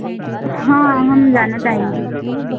हाँ हम जाना चाहेंगे